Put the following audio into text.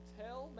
tell